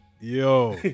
Yo